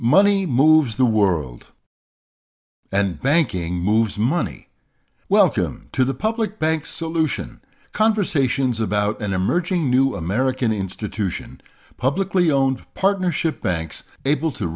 money moves the world and banking moves money welcome to the public bank solution conversations about an emerging new american institution a publicly owned partnership banks able to